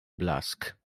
blask